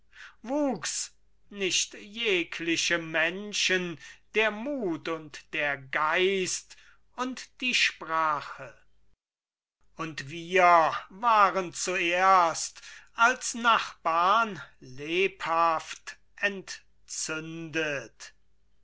wuchs nicht jeglichem menschen der mut und der geist und die sprache und wir waren zuerst als nachbarn lebhaft entzündet